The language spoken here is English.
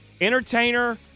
entertainer